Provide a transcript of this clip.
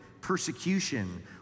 persecution